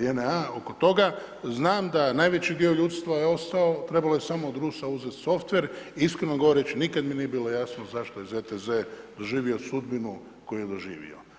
JNA oko toga, znam da najveći dio ljudstva je ostao, trebalo je samo od Rusa uzeti softwere iskreno govoreći nikada mi nije jasno zašto je ZTZ doživio sudbinu koju je doživio.